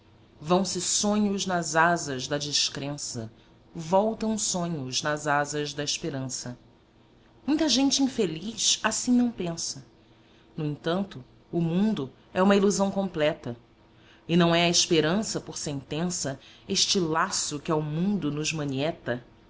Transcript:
crença vão-se sonhos nas asas da descrença voltam sonhos nas asas da esperança muita gente infeliz assim não pensa no entanto o mundo é uma ilusão completa e não é a esperança por sentença este laço que ao mundo nos manieta